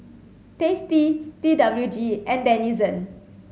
Tasty T W G and Denizen